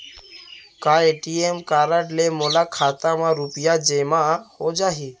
का ATM card ले मोर खाता म रुपिया जेमा हो जाही?